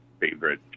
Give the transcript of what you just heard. favorite